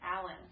Alan